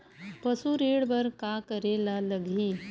पशु ऋण बर का करे ला लगही?